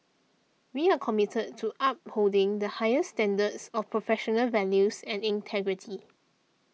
we are committed to upholding the highest standards of professional values and integrity